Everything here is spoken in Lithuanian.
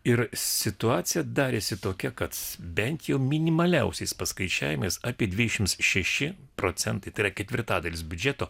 ir situacija darėsi tokia kad bent jau minimaliausiais paskaičiavimais apie dvidešimt šeši procentai tai yra ketvirtadalis biudžeto